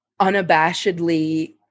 unabashedly